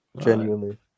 Genuinely